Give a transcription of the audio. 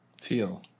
Teal